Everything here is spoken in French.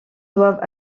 doivent